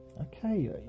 Okay